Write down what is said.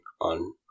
on